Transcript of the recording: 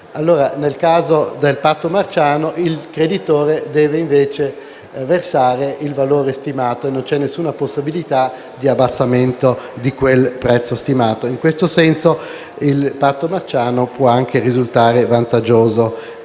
Nel caso del patto marciano il creditore deve, invece, versare il valore stimato e non c'è alcuna possibilità di abbassamento di quel prezzo. In questo senso, il patto marciano può anche risultare vantaggioso